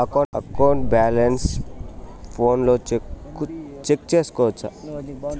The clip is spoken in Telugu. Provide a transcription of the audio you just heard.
అకౌంట్ బ్యాలెన్స్ ఫోనులో చెక్కు సేసుకోవచ్చా